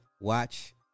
watch